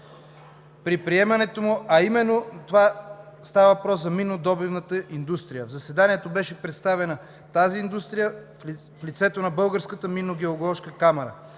При приемането му – става въпрос за миннодобивната индустрия, в заседанието беше представена тази индустрия в лицето на Българската минно-геоложка камара,